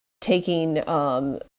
taking